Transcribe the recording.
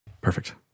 Perfect